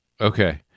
Okay